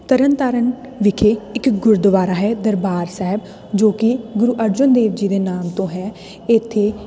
ਤਰਨਤਾਰਨ ਵਿਖੇ ਇੱਕ ਗੁਰਦੁਆਰਾ ਹੈ ਦਰਬਾਰ ਸਾਹਿਬ ਜੋ ਕਿ ਗੁਰੂ ਅਰਜਨ ਦੇਵ ਜੀ ਦੇ ਨਾਮ ਤੋਂ ਹੈ ਇੱਥੇ